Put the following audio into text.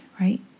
right